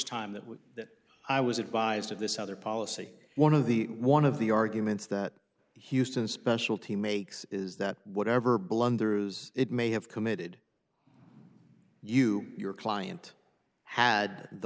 time that would that i was advised of this other policy one of the one of the arguments that houston specialty makes is that whatever blunders it may have committed you your client had the